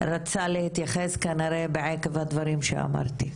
רצה להתייחס עקב הדברים שאמרתי.